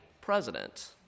president